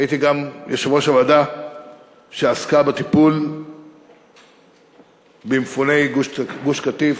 הייתי גם יושב-ראש הוועדה שעסקה בטיפול במפוני גוש-קטיף.